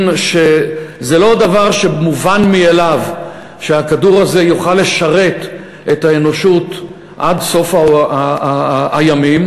שזה לא דבר מובן מאליו שהכדור הזה יוכל לשרת את האנושות עד סוף הימים,